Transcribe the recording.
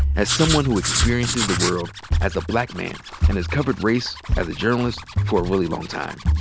as someone who experiences the world as a black man and has covered race as a journalist for a really long time,